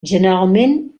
generalment